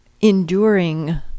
enduring